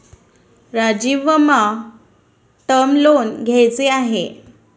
राजीवना term loan घ्यायचे आहे